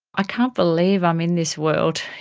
ah can't believe i am in this world,